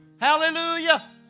hallelujah